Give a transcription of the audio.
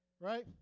Right